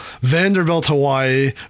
Vanderbilt-Hawaii